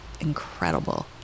incredible